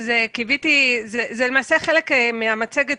למעשה, זה חלק מהמצגת.